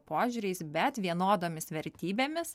požiūriais bet vienodomis vertybėmis